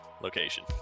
location